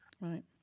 Right